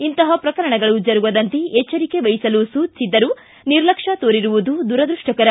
ಇಂತಪ ಪ್ರಕರಣಗಳು ಜರುಗದಂತೆ ಎಚ್ವರಿಕೆ ವಹಿಸಲು ಸೂಚಿಸಿದ್ದರೂ ನಿರ್ಲಕ್ಷ್ಕ ತೋರಿರುವುದು ದುರದ್ಯಷ್ಟಕರ